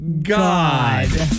God